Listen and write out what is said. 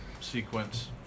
sequence